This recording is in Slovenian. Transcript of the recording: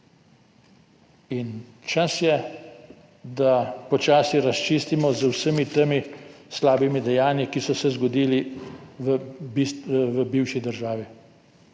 Čas je, da počasi razčistimo z vsemi temi slabimi dejanji, ki so se zgodila v bivši državi,